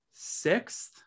sixth